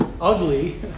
ugly